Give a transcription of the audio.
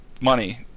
money